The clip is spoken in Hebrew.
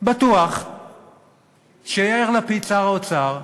בטוח שיאיר לפיד, שר האוצר,